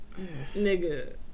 nigga